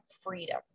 freedom